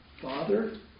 Father